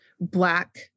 black